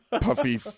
puffy